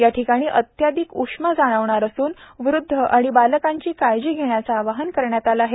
या ठिकाणी अत्यधिक उष्मा जाणवणणार असून वृदध आणि बालकांची काळजी घेण्याचे आवाहन करण्यात आले आहे